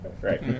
Right